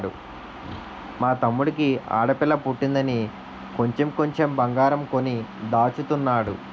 మా తమ్ముడికి ఆడపిల్ల పుట్టిందని కొంచెం కొంచెం బంగారం కొని దాచుతున్నాడు